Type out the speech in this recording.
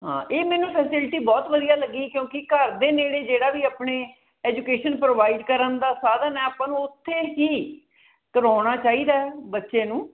ਹਾਂ ਇਹ ਮੈਨੂੰ ਫੈਸਿਲਿਟੀ ਬਹੁਤ ਵਧੀਆ ਲੱਗੀ ਕਿਉਂਕਿ ਘਰ ਦੇ ਨੇੜੇ ਜਿਹੜਾ ਵੀ ਆਪਣੇ ਐਜੂਕੇਸ਼ਨ ਪ੍ਰੋਵਾਈਡ ਕਰਨ ਦਾ ਸਾਧਨ ਹੈ ਆਪਾਂ ਨੂੰ ਉੱਥੇ ਹੀ ਕਰਵਾਉਣਾ ਚਾਹੀਦਾ ਬੱਚੇ ਨੂੰ